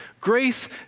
Grace